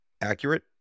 accurate